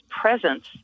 presence